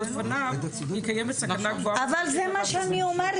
בפניו כי קיימת סכנה גבוהה --- זה מה שאני אומרת.